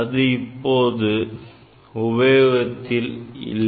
அது இப்போது உபயோகத்தில் இல்லை